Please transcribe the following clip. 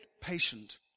patient